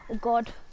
God